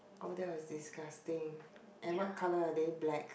oh that was disgusting and what color are they black